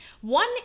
one